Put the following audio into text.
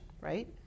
right